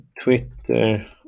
Twitter